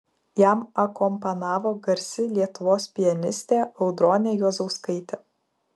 jam akompanavo garsi lietuvos pianistė audronė juozauskaitė